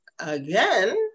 again